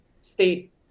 state